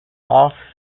off